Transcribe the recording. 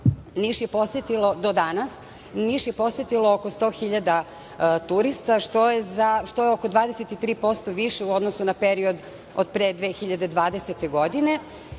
Niš je posetilo oko sto hiljada turista što je oko 23% više u odnosu na period od pre 2020. godine,